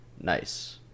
nice